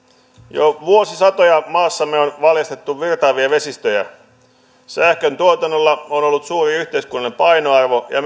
jo vuosisatoja maassamme on valjastettu virtaavia vesistöjä sähköntuotannolla on ollut suuri yhteiskunnallinen painoarvo ja